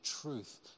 truth